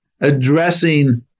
addressing